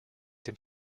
dem